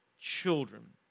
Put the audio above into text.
children